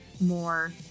more